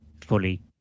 fully